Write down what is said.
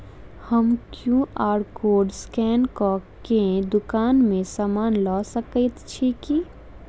हम QR code scan कऽ केँ दुकान मे समान लऽ सकैत छी की?